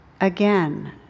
again